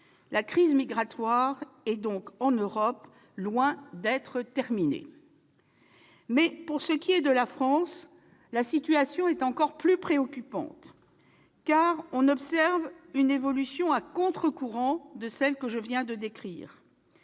La crise migratoire en Europe est donc loin d'être terminée. En France, la situation est encore plus préoccupante, car on observe une évolution à contre-courant de celle que je viens de décrire.